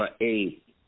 eight